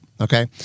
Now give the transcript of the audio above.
Okay